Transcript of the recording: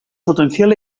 potencial